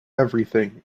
everything